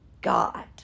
God